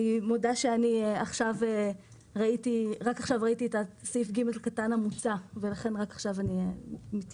אני מודה שרק עכשיו ראיתי את סעיף (ג) המוצע ולכן רק עכשיו אני מתייחסת.